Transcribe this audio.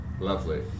Lovely